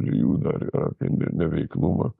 jų dar ir apie ne neveiklumą